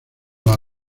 los